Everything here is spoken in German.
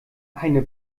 eine